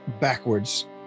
backwards